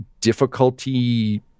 Difficulty